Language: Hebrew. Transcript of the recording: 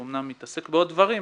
הוא אמנם מתעסק בעוד דברים,